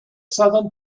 southern